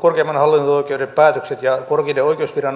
korkeimman hallinto oikeuden päätökset ja korkeiden oikeusviranomaisten kannanotot